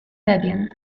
pewien